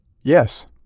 Yes